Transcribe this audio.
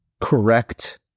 correct